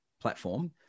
platform